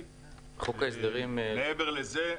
מעבר לזה,